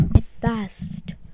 fast